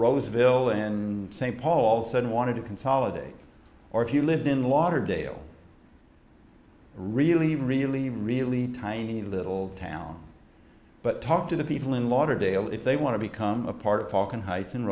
roseville in st paul said wanted to consolidate or if you lived in lauderdale really really really tiny little town but talk to the people in lauderdale if they want to become a part of talking heights in